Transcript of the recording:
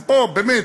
אז בואו, באמת,